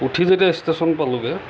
উঠি যেতিয়া ষ্টেচন পালোগৈ